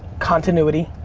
continuity,